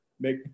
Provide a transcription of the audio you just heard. make